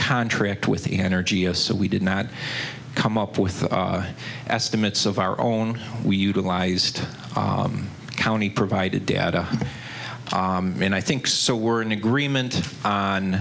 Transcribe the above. contract with the energy so we did not come up with estimates of our own we utilized county provided data and i think so we're in agreement on